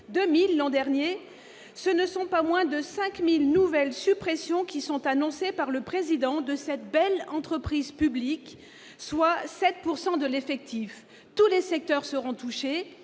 l'an dernier -, ce ne sont pas moins de 5 000 nouvelles suppressions qui sont annoncées par le président de cette belle entreprise publique, soit 7 % de l'effectif ! Tous les secteurs seront touchés,